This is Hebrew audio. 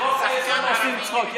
אתם עושים צחוק.